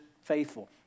faithful